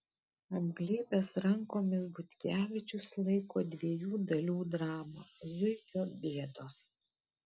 apglėbęs rankomis butkevičius laiko dviejų dalių dramą zuikio bėdos